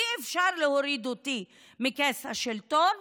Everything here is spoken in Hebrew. אי-אפשר להוריד אותי מכס השלטון,